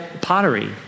pottery